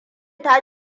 ta